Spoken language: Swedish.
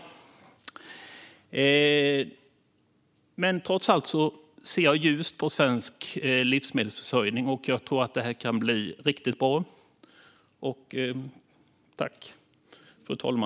Fru talman! Trots allt ser jag ljust på svensk livsmedelsförsörjning, och jag tror att det här kan bli riktigt bra.